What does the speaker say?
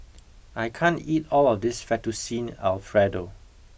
I can't eat all of this Fettuccine Alfredo